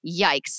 yikes